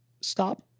stop